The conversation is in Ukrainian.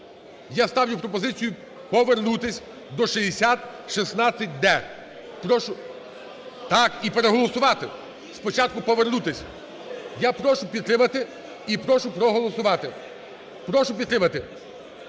Я ставлю пропозицію повернутись до 6016-д. Прошу… Так, і переголосувати. Спочатку повернутись. Я прошу підтримати і прошу проголосувати. Прошу підтримати.